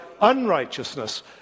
unrighteousness